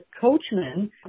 coachman